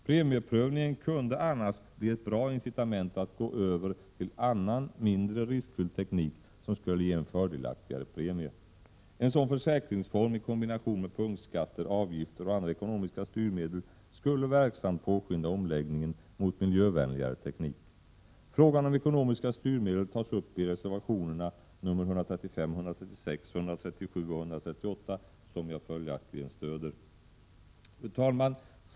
Premieprövningen kunde annars bli ett bra incitament att gå över till annan, mindre riskfylld teknik, som skulle ge en fördelaktigare premie. En sådan försäkringsform i kombination med punktskatter, avgifter och andra ekonomiska styrmedel skulle verksamt påskynda omläggningen mot miljövänligare teknik. Frågan om ekonomiska styrmedel tas upp i reservationerna nr 135, 136, 137 och 138, vilka jag följaktligen stöder. Fru talman!